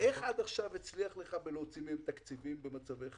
איך עד עכשיו הצליח לך והצלחת להוציא מהם תקציבים במצבי חירום?